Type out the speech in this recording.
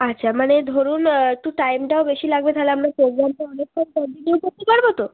আচ্ছা মানে ধরুন একটু টাইমটাও বেশি লাগবে তাহলে আপনার প্রোগ্রামটাও অনেকটা কন্টিনিউ করতে পারবো তো